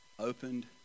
opened